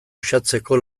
uxatzeko